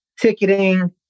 ticketing